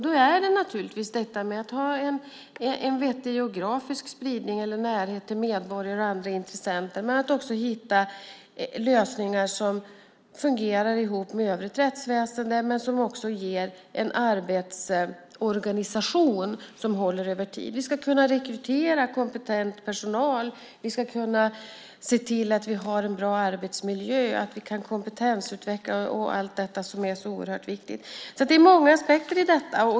Det är naturligtvis detta med att ha en vettig geografisk spridning och närhet till medborgare och andra intressenter, men också att hitta lösningar som fungerar ihop med övrigt rättsväsende och som också ger en arbetsorganisation som håller över tid. Vi ska kunna rekrytera kompetent personal. Vi ska kunna se till att vi har en bra arbetsmiljö och att vi kan kompetensutveckla och allt detta som är så oerhört viktigt. Det finns alltså många aspekter i detta.